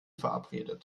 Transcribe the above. verabredet